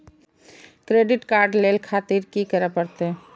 Credit card ले खातिर की करें परतें?